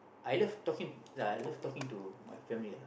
I love talking lah I love talking to my family lah